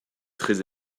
très